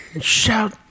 Shout